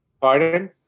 Pardon